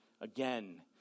again